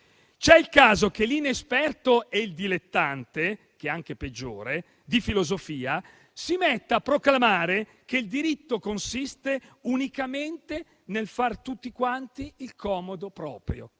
c'è il caso che l'inesperto e il dilettante (che è anche peggiore) di filosofia si metta a proclamare che il diritto consiste unicamente nel far tutti quanti il comodo proprio.